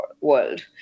world